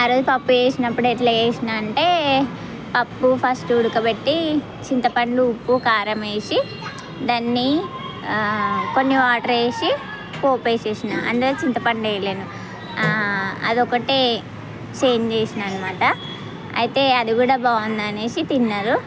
ఆ రోజు పప్పు చేసినప్పుడు ఎట్లా చేసినా అంటే పప్పు ఫస్ట్ ఉడకపెట్టి చింతపండు ఉప్పు కారం వేసి దాన్ని కొన్ని వాటర్ వేసి పోపేసేసినాను అందులో చింతపండు వేయలేను అదొక్కటే చేంజ్ చేసినాను అనమాట అయితే అది కూడా బాగుందనేసి తిన్నారు